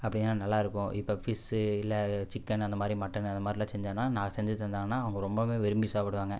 அப்படின்னா நல்லாயிருக்கும் இப்போ ஃபிஷ்ஷு இல்லை சிக்கன் அந்த மாதிரி மட்டன் அதை மாதிரிலாம் செஞ்சோம்னா நான் செஞ்சு தந்தேனா அவங்க ரொம்பவுமே விரும்பி சாப்புடுவாங்க